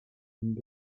and